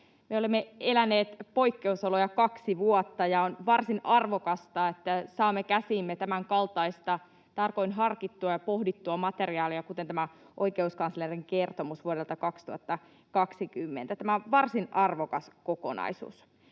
olemme eläneet poikkeusoloja kaksi vuotta, ja on varsin arvokasta, että saamme käsiimme tämänkaltaista tarkoin harkittua ja pohdittua materiaalia kuin on tämä oikeuskanslerin kertomus vuodelta 2020. Tämä on varsin arvokas kokonaisuus.